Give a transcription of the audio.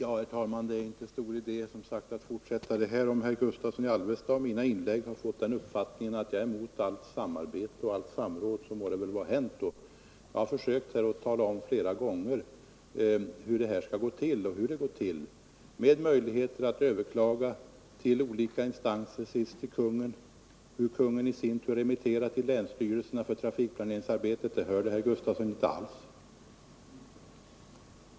Herr talman! Det är, som sagt, inte stor idé att fortsätta denna debatt. Om herr Gustavsson i Alvesta av mina inlägg fått den uppfattningen att jag är emot allt samarbete och samråd, så må det väl vara hänt. Jag har här flera gånger försökt att tala om hur det går till; med möjligheter att överklaga till olika instanser — i sista hand till Kungl. Maj:t —- och hur Kungl. Maj:t i sin tur remitterar trafikplaneringsärenden till länsstyrelserna. Det hörde herr Gustavsson tydligen inte alls.